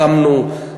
הקמנו,